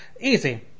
Easy